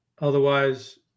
otherwise –